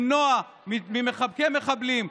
למנוע ממחבקי מחבלים,